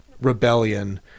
rebellion